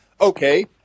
okay